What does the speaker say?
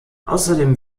außerdem